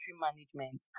Management